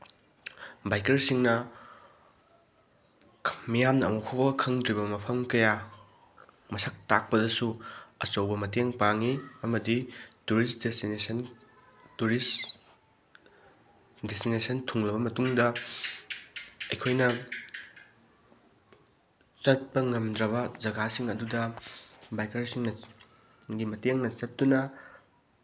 ꯕꯥꯏꯀꯔꯁꯤꯡꯅ ꯃꯤꯌꯥꯝꯅ ꯑꯃꯨꯛ ꯐꯥꯎ ꯈꯪꯗ꯭ꯔꯤꯕ ꯃꯐꯝ ꯀꯌꯥ ꯃꯁꯛ ꯇꯥꯛꯄꯗꯁꯨ ꯑꯆꯧꯕ ꯃꯇꯦꯡ ꯄꯥꯡꯉꯤ ꯑꯃꯗꯤ ꯇꯨꯔꯤꯁ ꯗꯦꯁꯇꯤꯅꯦꯁꯟ ꯇꯨꯔꯤꯁ ꯗꯦꯁꯇꯤꯅꯦꯁꯟ ꯊꯨꯡꯂꯕ ꯃꯇꯨꯡꯗ ꯑꯩꯈꯣꯏꯅ ꯆꯠꯄ ꯉꯝꯗ꯭ꯔꯕ ꯖꯒꯥꯁꯤꯡ ꯑꯗꯨꯗ ꯕꯥꯏꯀꯔꯁꯤꯡꯅ ꯒꯤ ꯃꯇꯦꯡꯅ ꯆꯠꯇꯨꯅ